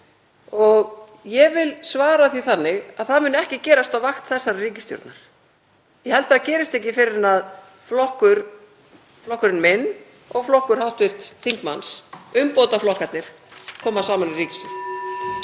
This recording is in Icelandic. Ég vil svara því þannig að það muni ekki gerast á vakt þessarar ríkisstjórnar. Ég held að það gerist ekki fyrr en að flokkur minn og flokkur hv. þingmanns, umbótaflokkarnir, koma saman í ríkisstjórn.